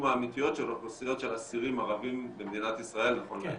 האמיתיות של אוכלוסיות של אסירים ערבים במדינת ישראל נכון להיום.